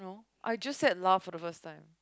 I just said lah for the first time